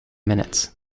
minutes